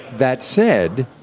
that said,